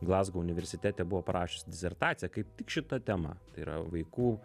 glazgo universitete buvo parašius disertaciją kaip tik šita tema yra vaikų